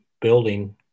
building